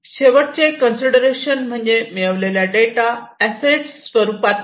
शेवटचे कन्सिडरेशन म्हणजे म्हणजे मिळवलेला डेटा अॅसेट स्वरूपात पाहणे